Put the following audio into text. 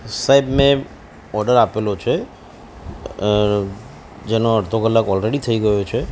સાહેબ મેેં ઓડર આપેલો છે જેનો અડધો કલાક ઓલરેડી થઇ ગયો છે